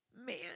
man